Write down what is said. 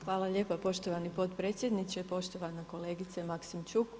Hvala lijepo poštovani potpredsjedniče, poštovana kolegice Maksimčuk.